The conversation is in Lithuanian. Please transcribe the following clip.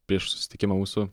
prieš susitikimą mūsų